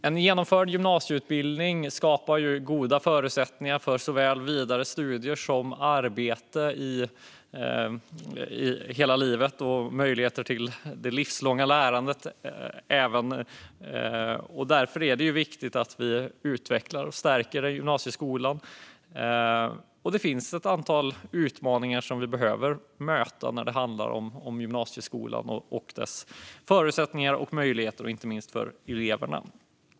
En genomförd gymnasieutbildning skapar goda förutsättningar för såväl vidare studier som arbete under hela livet samt möjligheter till livslångt lärande. Därför är det viktigt att vi utvecklar och stärker gymnasieskolan. Det finns ett antal utmaningar som vi behöver möta när det handlar om gymnasieskolan och dess förutsättningar och möjligheter, inte minst för eleverna.